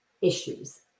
issues